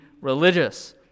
religious